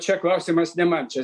čia klausimas ne man čia